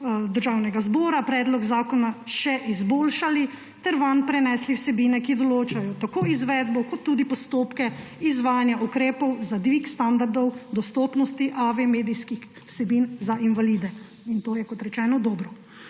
Državnega zbora predlog zakona še izboljšali ter vanj prenesli vsebine, ki določajo tako izvedbo kot tudi postopke izvajanja ukrepov za dvig standardov dostopnosti AV medijskih vsebin za invalide. In to je, kot rečeno, dobro.